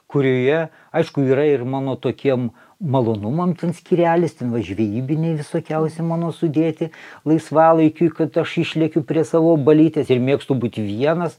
kurioje aišku yra ir mano tokiem malonumam skyrelis ten va žvejybiniai visokiausi mano sudėti laisvalaikiui kad aš išlėkiu prie savo balytės ir mėgstu būti vienas